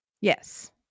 Yes